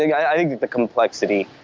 i think the complexity